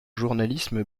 journalisme